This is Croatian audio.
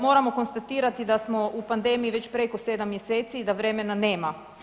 Moramo konstatirati da smo u pandemiji već preko 7 mjeseci i da vremena nema.